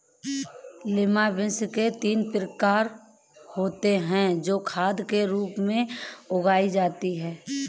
lima beans के तीन प्रकार होते हे जो खाद के रूप में उगाई जाती हें